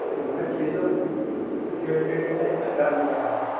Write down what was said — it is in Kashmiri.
مگر چیزیو فِلٹریٹ یُس آسہِ نا گرم گرم